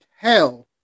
tell